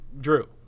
Drew